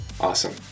Awesome